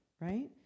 right